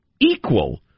equal